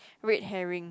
red herring